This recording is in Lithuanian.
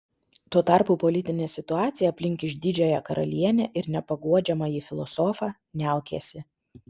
tuo tarpu politinė situacija aplink išdidžiąją karalienę ir nepaguodžiamąjį filosofą niaukėsi